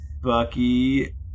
Bucky